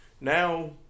Now